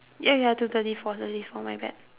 ya ya to thirty four thirty four my bad